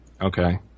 Okay